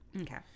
Okay